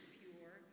pure